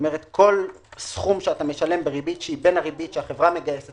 כל סכום שאתה משלם בריבית שהיא בין הריבית שהחברה מגייסת